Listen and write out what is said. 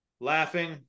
laughing